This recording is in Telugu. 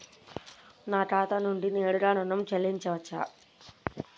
నా ఖాతా నుండి నేరుగా ఋణం చెల్లించవచ్చా?